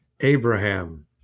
Abraham